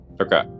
Okay